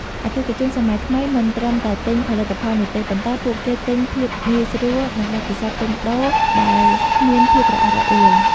អតិថិជនសម័យថ្មីមិនត្រឹមតែទិញផលិតផលនោះទេ ប៉ុន្តែពួកគេទិញ ភាពងាយស្រួល និងបទពិសោធន៍ទិញដូរដែលគ្មានភាពរអាក់រអួល។